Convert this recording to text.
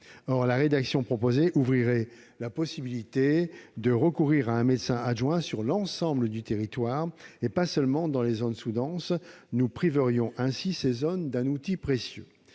Or la rédaction proposée ouvrirait la possibilité de recourir à un médecin adjoint sur l'ensemble du territoire, et pas seulement dans les zones sous-denses : nous priverions ainsi ces zones d'un outil précieux.